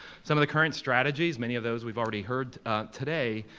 some of the current strategies, many of those we've already heard today,